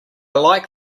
like